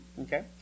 Okay